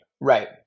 right